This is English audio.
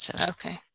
Okay